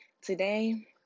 today